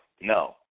no